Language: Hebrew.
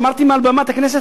אמרתי מעל במת הכנסת,